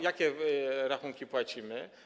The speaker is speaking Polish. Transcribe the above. Jakie rachunki płacimy?